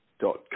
dot